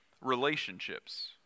relationships